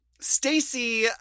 Stacy